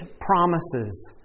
promises